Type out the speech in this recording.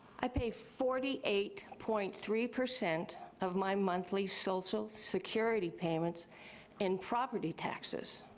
i pay forty eight point three percent of my monthly social security payments in property taxes.